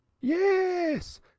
yes